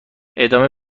ادامه